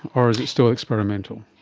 or is it still experimental?